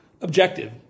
objective